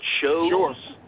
shows